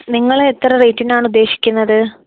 നിങ്ങൾ എത്ര റേറ്റിനാണ് ഉദ്ദേശിക്കുന്നത്